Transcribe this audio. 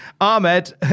Ahmed